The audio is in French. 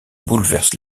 bouleverse